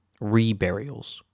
reburials